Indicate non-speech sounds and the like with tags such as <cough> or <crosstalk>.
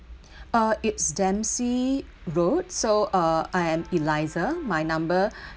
uh it's dempsey road so uh I am eliza my number <breath>